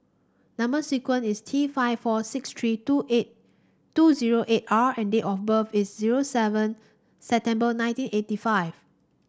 number sequence is T five four six three two eight two zero eight R and date of birth is zero seven September nineteen eighty five